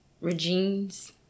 regimes